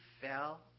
fell